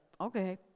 okay